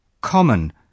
common